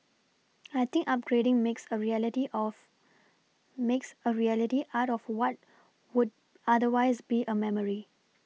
I think upgrading makes a reality of makes a reality out of what would otherwise be a memory